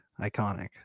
Iconic